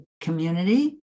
community